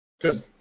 Good